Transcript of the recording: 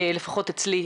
לפחות אצלי,